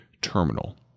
terminal